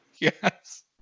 Yes